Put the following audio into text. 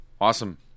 Awesome